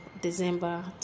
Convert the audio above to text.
December